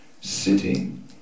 sitting